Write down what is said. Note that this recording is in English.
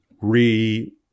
re